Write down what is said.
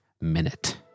Minute